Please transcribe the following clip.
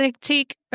take